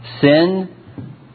Sin